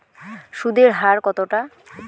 সুদের হার কতটা?